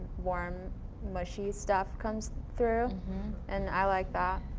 warm mushy stuff comes through and i like that.